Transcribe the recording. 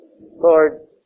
Lord